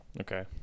Okay